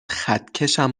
خطکشم